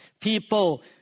people